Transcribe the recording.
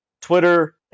Twitter